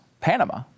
Panama